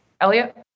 Elliot